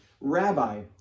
Rabbi